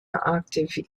octave